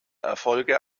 erfolge